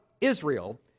Israel